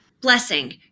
Blessing